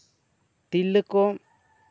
ᱛᱤᱨᱞᱟᱹ ᱠᱚ